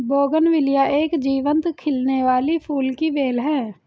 bougainvillea एक जीवंत खिलने वाली फूल की बेल है